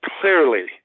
clearly